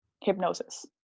hypnosis